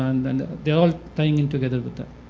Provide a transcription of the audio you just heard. and and all tying in together with that.